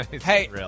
Hey